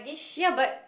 ya but